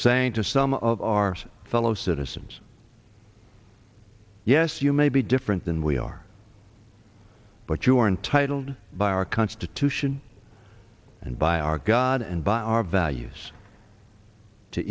saying to some of our fellow citizens yes you may be different than we are but you are entitled by our constitution and by our god and by our values to